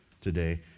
today